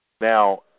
Now